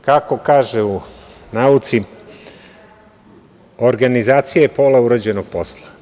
Kako kažu u nauci – organizacija je pola urađenog posla.